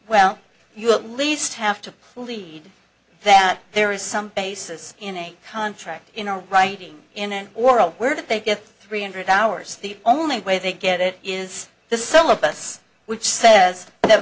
well you at least have to plead that there is some basis in a contract in a writing in a world where they get three hundred hours the only way they get it is the syllabus which says that